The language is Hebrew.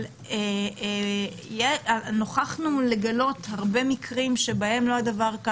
אבל נוכחנו לגלות הרבה מקרים שבהם לא כך הדבר.